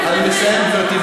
אני מסיים, גברתי.